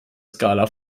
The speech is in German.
skala